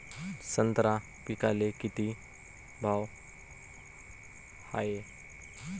संत्रा पिकाले किती भाव हाये?